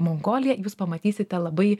mongolija jūs pamatysite labai